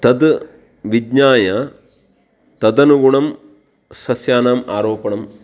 तद् विज्ञाय तदनुगुणं सस्यानाम् आरोपणं